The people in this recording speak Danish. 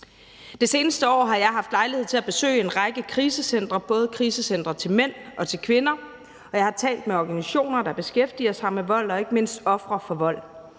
Det seneste år har jeg haft lejlighed til at besøge en række krisecentre, både krisecentre til mænd og til kvinder, og jeg har talt med organisationer, der beskæftiger sig med vold og ikke mindst ofre for vold.